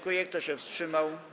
Kto się wstrzymał?